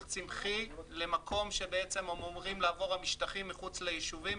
צמחי למקום שבעצם הם אמורים לעבור המשטחים מחוץ ליישובים,